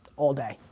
all day,